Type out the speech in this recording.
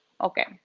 Okay